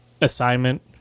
assignment